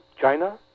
China